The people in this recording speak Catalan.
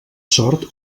sort